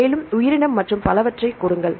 மேலும் உயிரினம் மற்றும் பலவற்றைக் கொடுங்கள்